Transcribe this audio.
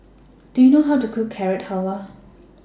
Do YOU know How to Cook Carrot Halwa